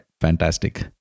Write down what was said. fantastic